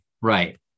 Right